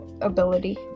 ability